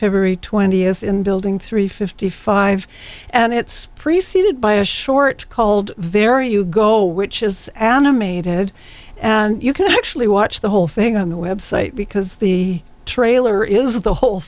february twentieth in building three fifty five and it's preceded by a short cold there you go which is animated and you can actually watch the whole thing on the website because the to railer is the whole